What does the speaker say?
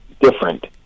different